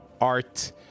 art